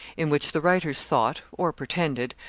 in which the writers thought, or pretended,